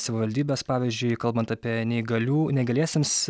savivaldybės pavyzdžiui kalbant apie neįgalių neįgaliesiems